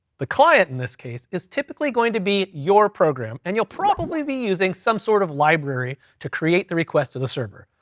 the client in this case is typically going to be your program, and you'll probably be using some sort of library to create the request to the server.